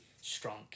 strong